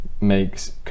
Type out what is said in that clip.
makes